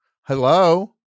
Hello